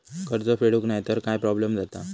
कर्ज फेडूक नाय तर काय प्रोब्लेम जाता?